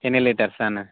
ఎన్ని లీటర్స్ అని